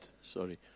sorry